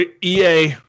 EA